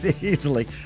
easily